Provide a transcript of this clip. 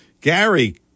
Gary